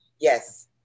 Yes